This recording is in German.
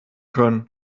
können